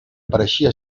pareixia